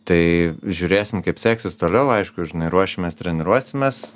tai žiūrėsim kaip seksis toliau aišku žinai ruošimės treniruosimės